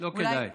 לא כדאי.